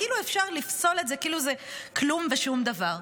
כאילו אפשר לפסול את זה כאילו זה כלום ושום דבר.